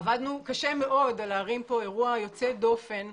עבדנו קשה מאוד להרים פה אירוע יוצא דופן,